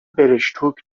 برشتوک